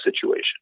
situation